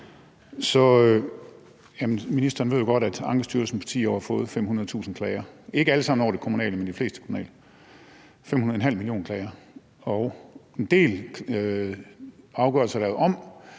Ministeren ved jo godt, at Ankestyrelsen på 10 år har fået 500.000 klager – ikke alle sammen over det kommunale, men de fleste – altså en halv million klager, og en del afgørelser er lavet om,